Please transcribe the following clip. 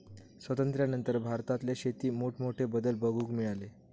स्वातंत्र्यानंतर भारतातल्या शेतीत मोठमोठे बदल बघूक मिळाले